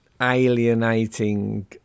alienating